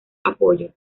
apoyo